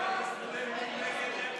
תעשי הצבעה חוזרת.